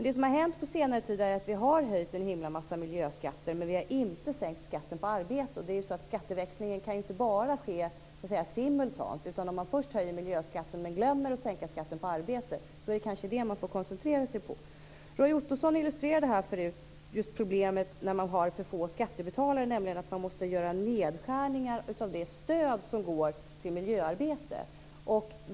Det som har hänt på senare tid är att vi har höjt en himla massa miljöskatter, men vi har inte sänkt skatten på arbete. Skatteväxlingen kan ju inte bara ske simultant så att säga. Om man först höjer miljöskatten men sedan glömmer att sänka skatten på arbete, är det kanske detta man får koncentrera sig på. Roy Ottosson illustrerade förut problemet när man har för få skattebetalare. Då måste man göra nedskärningar av det stöd som går till miljöarbete.